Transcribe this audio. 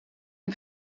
han